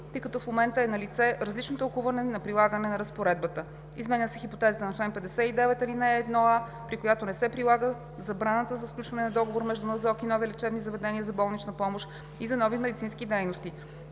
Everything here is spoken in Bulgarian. като в момента е налице различно тълкуване и прилагане на разпоредбата. Изменя се хипотезата на чл. 59, ал. 1а, при която не се прилага забраната за сключване на договори между НЗОК и нови лечебни заведения за болнична помощ и за нови медицински дейности.